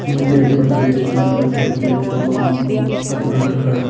Madhya Pradesh Andhra Pradesh Goa Karnataka